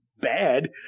bad